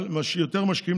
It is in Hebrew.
יותר משקיעים,